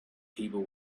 people